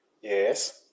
Yes